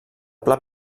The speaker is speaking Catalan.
pla